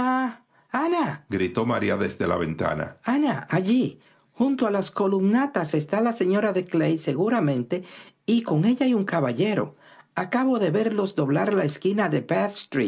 gritó maría desde la ventana allí junto a las columnatas está la señora de clay seguramente y con ella hay un caballero acabo de verlos doblar la esquina de bath